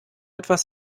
etwas